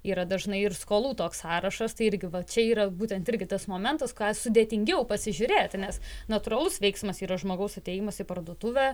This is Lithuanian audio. yra dažnai ir skolų toks sąrašas tai irgi va čia yra būtent irgi tas momentas ką sudėtingiau pasižiūrėti nes natūralus veiksmas yra žmogaus atėjimas į parduotuvę